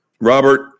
robert